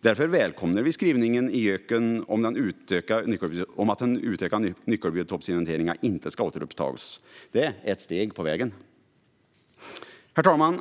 Därför välkomnar vi skrivningen i JÖK:en om att den utökade nyckelbiotopsinventeringen inte ska återupptas. Det är ett steg på vägen. Herr talman!